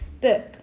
book